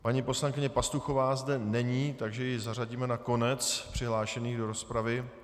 Paní poslankyně Pastuchová zde není, takže ji zařadíme na konec přihlášených do rozpravy.